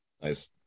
Nice